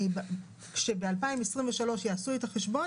כשב-2023 יעשו את החשבון,